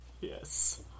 Yes